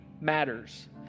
matters